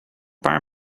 paar